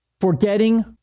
Forgetting